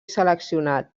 seleccionat